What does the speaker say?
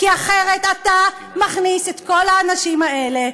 כי אחרת אתה מכניס את כל האנשים האלה,